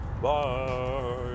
Bye